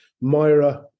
Myra